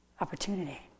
opportunity